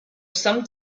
some